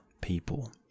people